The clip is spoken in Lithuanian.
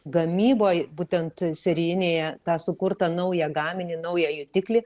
gamyboj būtent serijinėje tą sukurtą naują gaminį naują jutiklį